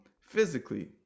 physically